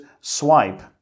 swipe